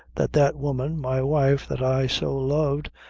that that woman my wife that i so loved,